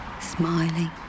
smiling